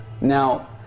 Now